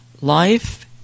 life